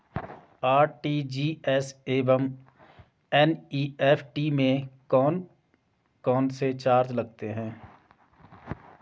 RTGS एवं NEFT में कौन कौनसे चार्ज लगते हैं?